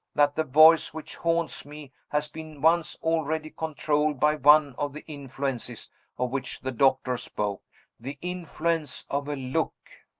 that the voice which haunts me has been once already controlled by one of the influences of which the doctor spoke the influence of a look.